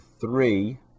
three